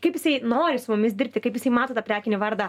kaip jisai nori su mumis dirbti kaip jisai mato tą prekinį vardą